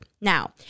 Now